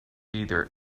either